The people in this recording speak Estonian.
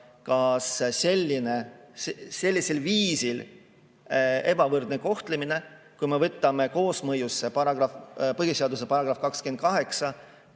kas sellisel viisil ebavõrdne kohtlemine, kui me võtame põhiseaduse § 28,